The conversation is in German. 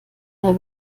der